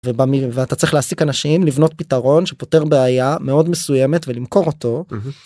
ובמילים אתה צריך להסיק אנשים לבנות פתרון שפותר בעיה מאוד מסוימת ולמכור אותו.